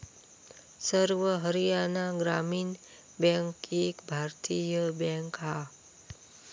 सर्व हरयाणा ग्रामीण बॅन्क एक भारतीय बॅन्क हा